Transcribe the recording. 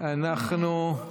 לפנות אליהם,